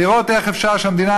לראות איך אפשר שהמדינה,